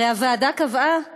הרי הוועדה קבעה